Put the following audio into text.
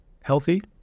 healthy